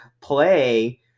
play